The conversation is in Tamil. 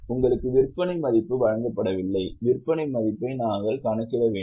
உங்களுக்கு விற்பனை மதிப்பு வழங்கப்படவில்லை விற்பனை மதிப்பை நாம் கணக்கிட வேண்டும்